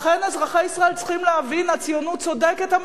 לכן אזרחי ישראל צריכים להבין: הציונות צודקת,